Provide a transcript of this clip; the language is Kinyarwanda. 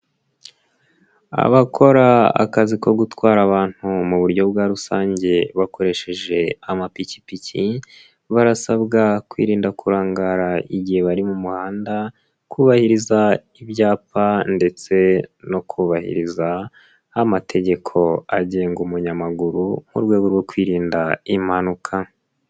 Abakora akazi ko gutwara abantu mu buryo bwa rusange bakoresheje amapikipiki barasabwa kwirinda kurangara igihe bari mu muhanda, kubahiriza ibyapa ndetse no kubahiriza amategeko agenga umunyamaguru mu rwego rwo kwirinda impanuka.